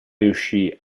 riuscì